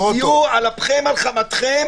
יוכל לטעון את הטענה הזאת.